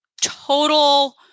total